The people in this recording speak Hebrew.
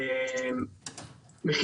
דבר ראשון,